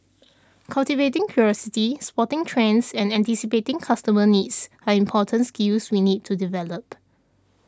cultivating curiosity spotting trends and anticipating customer needs are important skills we need to develop